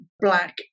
black